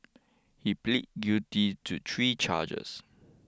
he plead guilty to three charges